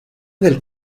del